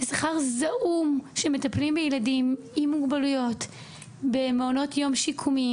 שכר זעום של מטפלים בילדים עם מוגבלויות במעונות יום שיקומיים